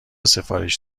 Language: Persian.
سفارش